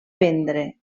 prendre